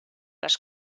les